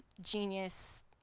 genius